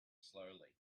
slowly